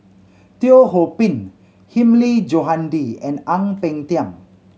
Teo Ho Pin Hilmi Johandi and Ang Peng Tiam